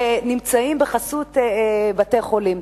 שנמצאים בחסות בתי-חולים,